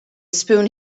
spoon